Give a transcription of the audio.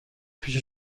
پیش